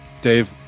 Dave